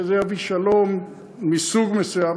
שזה יביא שלום מסוג מסוים,